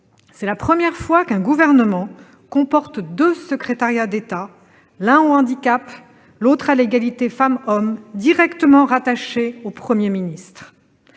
c'est la première fois qu'un gouvernement compte deux secrétariats d'État, l'un au handicap, l'autre à l'égalité femmes-hommes, directement rattachés au Premier ministre.